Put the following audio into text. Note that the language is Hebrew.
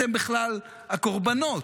אתם בכלל הקורבנות.